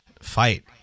fight